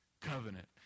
covenant